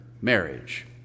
marriage